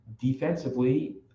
defensively